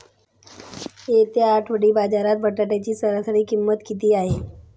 येत्या आठवडी बाजारात बटाट्याची सरासरी किंमत किती आहे?